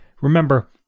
remember